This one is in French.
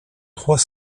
trois